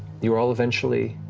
you are all eventually